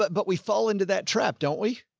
but, but we fall into that trap, don't we?